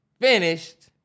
finished